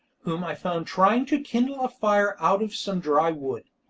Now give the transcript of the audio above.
whom i found trying to kindle a fire out of some dry wood.